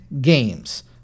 Games